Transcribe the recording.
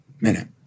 minute